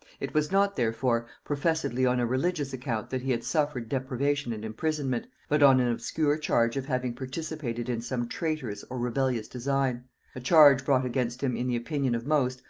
it was not, therefore, professedly on a religious account that he had suffered deprivation and imprisonment, but on an obscure charge of having participated in some traitorous or rebellious design a charge brought against him, in the opinion of most,